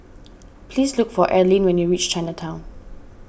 please look for Arlene when you reach Chinatown